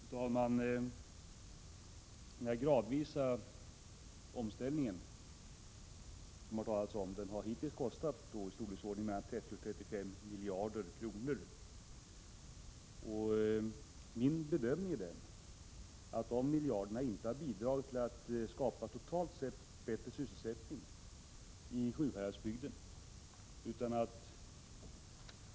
Fru talman! Kostnaden för den gradvisa omställning det har talats om är av storleksordningen 30-35 miljarder kronor. Min bedömning är att de miljarderna inte har bidragit till att totalt sett skapa bättre sysselsättning i Sjuhäradsbygden.